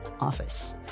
office